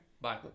Bye